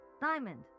Diamond